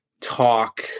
talk